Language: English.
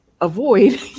avoid